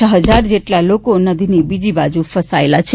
છ હજાર જેટલા લોકો નદીની બીજી બાજુ ફસાયેલા છે